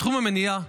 בתחום המניעה,